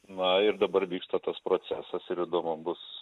na ir dabar vyksta tas procesas ir įdomu bus